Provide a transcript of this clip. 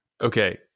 Okay